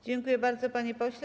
Dziękuję bardzo, panie pośle.